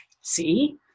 see